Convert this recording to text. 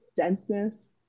Denseness